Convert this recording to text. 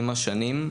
עם השנים,